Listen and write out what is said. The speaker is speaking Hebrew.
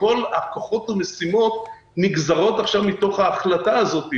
וכל הכוחות והמשימות נגזרות עכשיו מתוך ההחלטה הזאת.